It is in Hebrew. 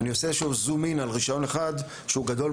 ואני אעשה איזשהו זום אין על רישיון אחד שהוא גדול,